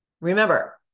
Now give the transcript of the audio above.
Remember